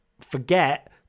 forget